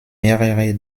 mehrere